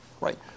Right